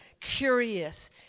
curious